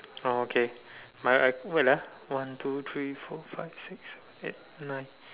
oh okay mine uh wait ah one two three four five six seven eight nine